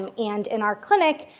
and and in our clinic,